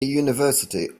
university